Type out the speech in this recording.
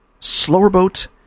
Slowerboat